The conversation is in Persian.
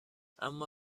اما